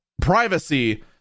privacy